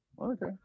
Okay